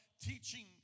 teaching